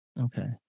okay